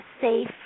safe